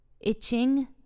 itching